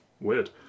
weird